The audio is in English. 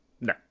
no